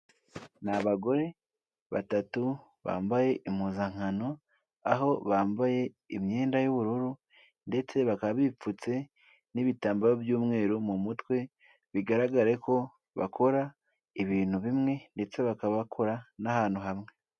Ni abagore batatu bambaye impuzankano aho bambaye imyenda y'ubururu ndetse bakaba bipfutse n'ibitambaro by'umweru mu mutwe, bigaragare ko bakora ibintu bimwe ndetse bakaba bakora n'ahantu hamwe.